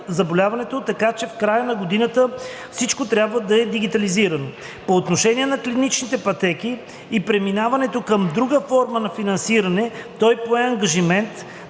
заболяването, така че в края на годината всичко трябва да е дигитализирано. По отношение на клиничните пътеки и преминаването към друга форма на финансиране той пое ангажимент